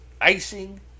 Icing